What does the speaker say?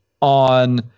on